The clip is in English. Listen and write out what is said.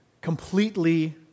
completely